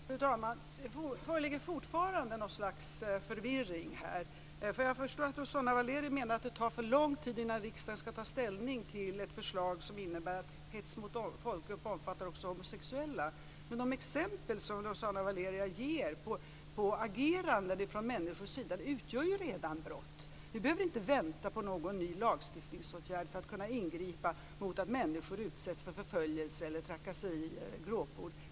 Fru talman! Det föreligger fortfarande något slags förvirring här. Jag förstår att Rossana Valeria menar att det tar för lång tid innan riksdagen skall ta ställning till ett förslag som innebär att brottet hets mot folkgrupp också skall omfatta homosexuella. Men de exempel som Rossina Valeria ger på agerande från människor utgör ju redan brott. Vi behöver inte vänta på någon ny lagstiftningsåtgärd för att kunna ingripa mot att människor utsätts för förföljelse, trakasserier eller glåpord.